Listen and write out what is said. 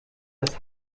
das